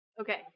Okay